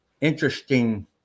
interesting